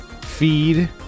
feed